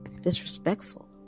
disrespectful